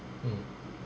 mm